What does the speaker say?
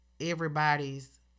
everybody's